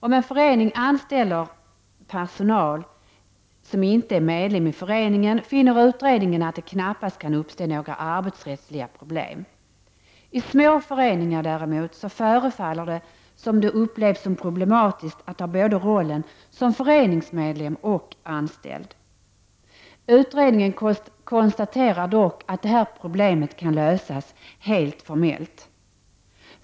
Om en förening anställer personer, som inte är medlemmar i föreningen, finner utredningen att det knappast kan uppstå några arbetsrättsliga problem. I små föreningar förefaller det däremot som om det upplevs som ett problem att ha rollen både som föreningsmedlem och som anställd. Utredningen konstaterar dock att problemet kan lösas helt formellt.